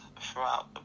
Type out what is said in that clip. throughout